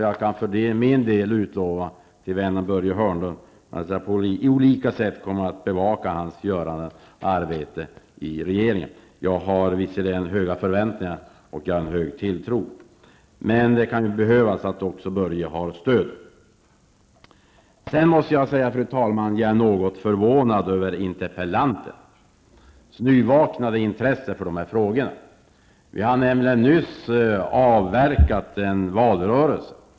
Jag kan för min del utlova till vännen Börje Hörnlund att jag på olika sätt kommer att bevaka hans göranden och låtanden i regeringen. Jag har visserligen höga förväntningar, och jag har en stor tilltro till Börje Hörnlund. Men Börje Hörnlund kan också behöva stöd. Fru talman! Jag är något förvånad över interpellantens nyvaknade intresse för dessa frågor. Vi har alla nyligen avverkat en valrörelse.